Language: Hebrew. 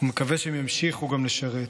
ומקווה שהם ימשיכו גם לשרת.